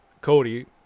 Cody